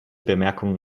bemerkung